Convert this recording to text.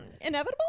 inevitable